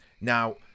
Now